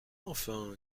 enfin